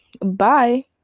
bye